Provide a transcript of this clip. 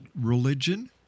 religion